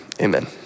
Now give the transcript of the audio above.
amen